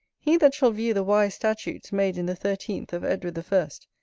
he that shall view the wise statutes made in the thirteenth of edward the first,